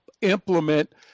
implement